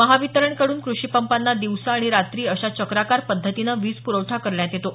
महावितरणकडून कृषिपंपांना दिवसा आणि रात्री अशा चक्राकार पद्धतीनं वीजप्रवठा करण्यात येतो